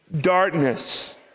Darkness